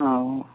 অঁ